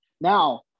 Now